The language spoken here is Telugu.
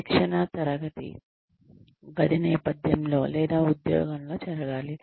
శిక్షణ తరగతి గది నేపధ్యంలో లేదా ఉద్యోగంలో జరగాలి